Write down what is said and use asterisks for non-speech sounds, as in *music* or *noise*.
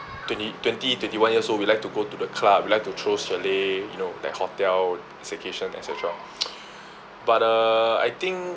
twent~ twenty twenty one years old we like to go to the club we like to throw chalet you know like hotel staycation et cetera *noise* but uh I think